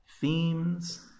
themes